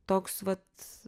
toks vat